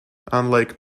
unlike